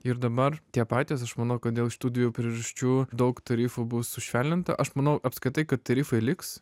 ir dabar tie patys aš manau kad dėl šitų dviejų priežasčių daug tarifų bus sušvelninta aš manau apskritai kad tarifai liks